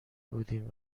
بودیم